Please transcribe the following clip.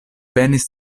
penis